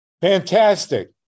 Fantastic